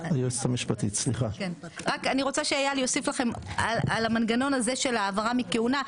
אני רוצה שאייל יוסיף לכם על המנגנון הזה של העברה מכהונה,